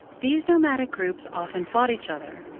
these nomadic groups often fought each other.